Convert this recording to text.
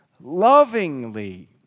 lovingly